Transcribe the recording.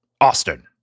Austin